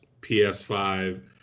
PS5